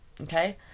Okay